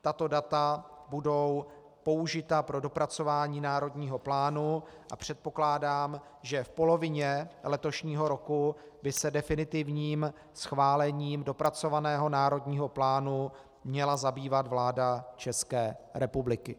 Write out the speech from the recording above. Tato data budou použita pro dopracování národního plánu a předpokládám, že v polovině letošního roku by se definitivním schválením dopracovaného národního plánu měla zabývat vláda České republiky.